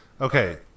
Okay